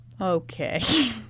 Okay